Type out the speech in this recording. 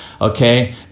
okay